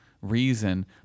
reason